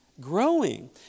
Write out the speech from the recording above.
growing